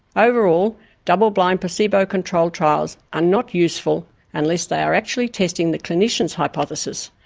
overall double-blind placebo controlled trials are not useful unless they are actually testing the clinicians' hypothesis,